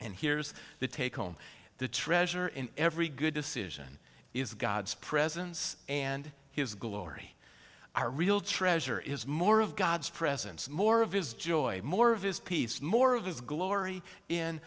and here's the take home the treasure in every good decision is god's presence and his glory our real treasure is more of god's presence more of his joy more of his peace more of his glory in